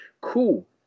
cool